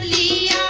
e